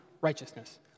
Righteousness